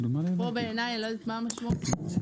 כאן אני לא יודעת מה המשמעות של תקלה כללית.